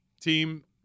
team